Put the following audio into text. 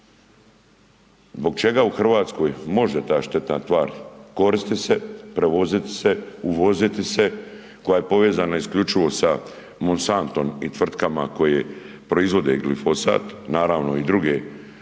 Zbog čega u Hrvatskoj može ta štetna tvar koristi se, prevoziti se, uvoziti se, koja je povezana isključivo sa Monsantom i tvrtkama koje proizvode glifosat, naravno i druge